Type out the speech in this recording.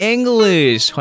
English